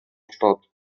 statt